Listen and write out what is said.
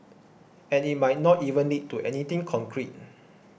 and it might not even lead to anything concrete